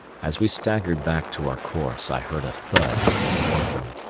as we staggered back to our course i heard a thud in the wardroom,